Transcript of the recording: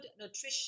nutrition